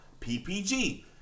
PPG